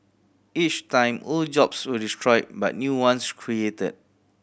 each time old jobs were destroyed but new ones created